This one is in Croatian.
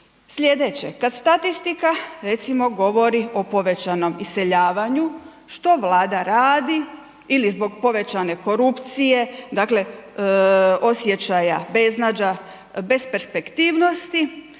Sljedeće, kad statistika recimo govori o povećanom iseljavanju, što Vlada radi?, ili zbog povećane korupcije, dakle osjećaja beznađa, besperspektivnosti,